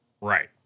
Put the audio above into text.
Right